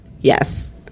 Yes